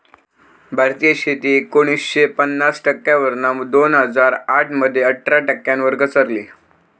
भारतीय शेती एकोणीसशे पन्नास टक्क्यांवरना दोन हजार आठ मध्ये अठरा टक्क्यांवर घसरली